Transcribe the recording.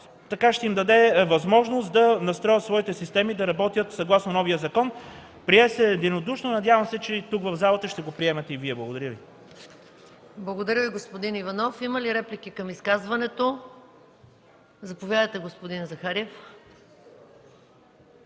което ще им даде възможност да настроят своите системи да работят съгласно новия закон. Прие се единодушно, надявам се, че в залата ще го приемете и Вие. ПРЕДСЕДАТЕЛ МАЯ МАНОЛОВА: Благодаря Ви, господин Иванов. Има ли реплики към изказването? Заповядайте, господин Захариев.